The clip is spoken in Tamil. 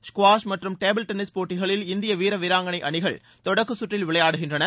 ஸ்குவாஷ் மற்றம் டேபிள்டென்னிஸ் போட்டிகளில் இந்தியா வீரர் வீராங்களை அணிகள் தொடக்கச் சுற்றில் விளையாடுகின்றன